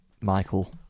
Michael